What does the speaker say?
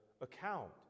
account